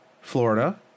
Florida